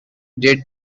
did